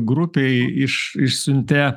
grupei iš išsiuntė